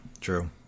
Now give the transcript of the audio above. true